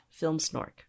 FilmSnork